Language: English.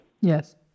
Yes